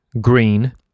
green